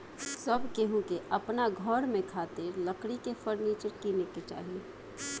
सब केहू के अपना घर में खातिर लकड़ी के फर्नीचर किने के चाही